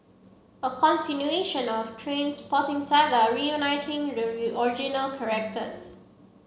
a of Trainspotting saga reuniting the original characters